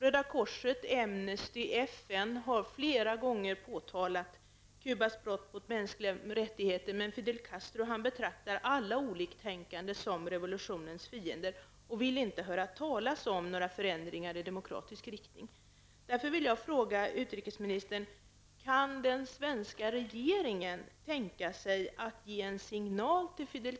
Röda korset, Amnesty och FN har flera gånger påtalat Cubas brott mot mänskliga rättigheter, men Fidel Castro betraktar alla oliktänkande som revolutionens fiender, och han vill inte höra talas om några förändringar i demokratisk riktning. Fidel